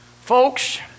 Folks